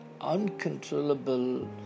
uncontrollable